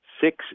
six